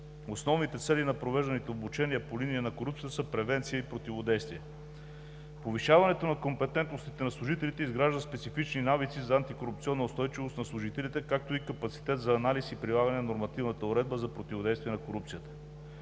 Основните цели на провежданите обучения по линия на корупцията са превенция и противодействие. Повишаването на компетентностите на служителите изграждат специфични навици за антикорупционна устойчивост на служителите, както и капацитет за анализ и прилагане на нормативната уредба за противодействие на корупцията.